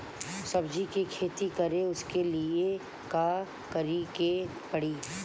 सब्जी की खेती करें उसके लिए का करिके पड़ी?